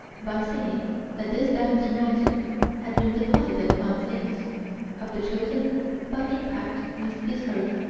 by saying that this damned matter had been deposited upon things of the chosen by impact with this earth.